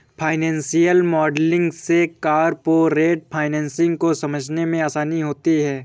financial modelling से corporate finance को समझने में आसानी होती है